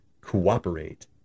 cooperate